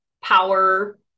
power